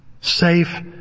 Safe